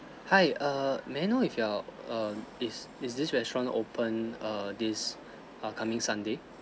hi err may I know if you err is is this restaurant open err this uh coming sunday